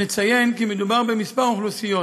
נציין כי מדובר בכמה אוכלוסיות: